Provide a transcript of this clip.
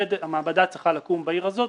שהמעבדה צריכה לקום בעיר הזאת,